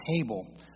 table